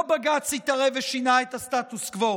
לא בג"ץ התערב ושינה את הסטטוס קוו,